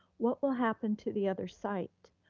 what will happen to the other site?